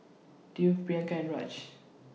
Dev Priyanka and Raj